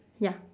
ya